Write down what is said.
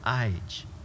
age